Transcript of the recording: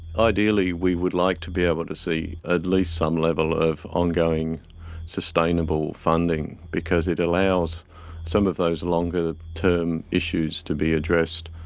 ideally we would like to be able to see at least some level of ongoing sustainable funding because it allows some of those longer term issues to be addressed.